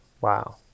Wow